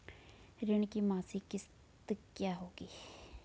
ऋण की मासिक किश्त क्या होगी?